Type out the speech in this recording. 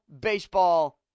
baseball